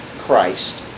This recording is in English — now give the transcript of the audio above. Christ